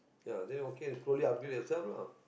ya then okay slowly upgrade yourself lah